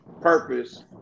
purpose